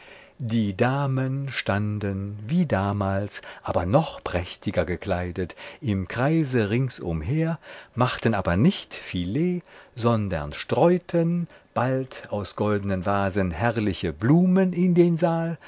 die damen standen wie damals aber noch prächtiger gekleidet im kreise ringsumher machten aber nicht filet sondern streuten bald aus goldenen vasen herrliche blumen in den saal